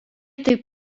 taip